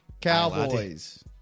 Cowboys